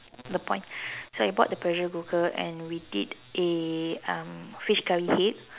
the point so you bought the pressure cooker and we did a um fish curry head